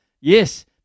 Yes